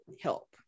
help